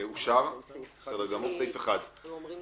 הצבעה בעד הסעיף, פה אחד